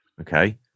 Okay